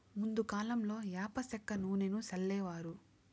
ముందు కాలంలో యాప సెక్క నూనెను సల్లేవారు